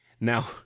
Now